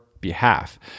behalf